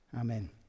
Amen